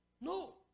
no